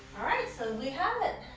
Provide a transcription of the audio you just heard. all right, so we have it.